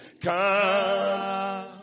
Come